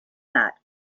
that